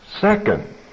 Second